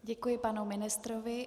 Děkuji panu ministrovi.